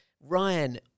Ryan